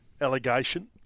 Allegation